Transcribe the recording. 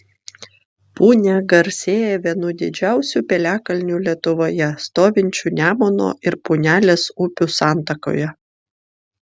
punia garsėja vienu didžiausių piliakalnių lietuvoje stovinčiu nemuno ir punelės upių santakoje